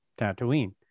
tatooine